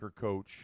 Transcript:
coach